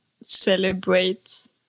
celebrate